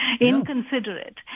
inconsiderate